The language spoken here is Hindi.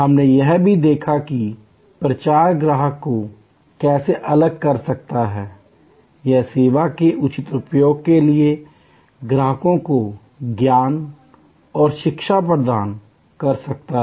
हमने यह भी देखा कि प्रचार ग्राहक को कैसे अलग कर सकता है Iयह सेवा के उचित उपयोग के लिए ग्राहक को ज्ञान और शिक्षा प्रदान कर सकता है